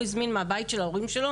הוא הזמין מהבית של ההורים שלו.